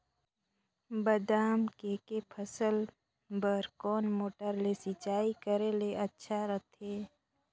बादाम के के फसल बार कोन मोटर ले सिंचाई करे ले अच्छा रथे?